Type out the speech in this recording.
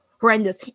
horrendous